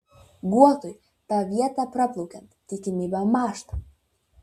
guotui tą vietą praplaukiant tikimybė mąžta